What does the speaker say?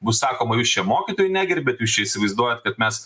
bus sakoma jūs čia mokytojų negerbiat jūs čia įsivaizduojat kad mes